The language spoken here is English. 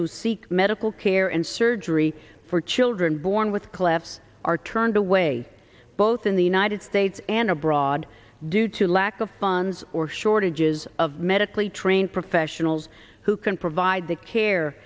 who seek medical care and surgery for children born with collapse are turned away both in the united states and abroad due to lack of funds or shortages of medically trained professionals who can provide the care